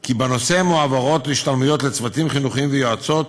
כי בנושא מועברות השתלמויות לצוותים חינוכיים ויועצות,